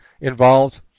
involved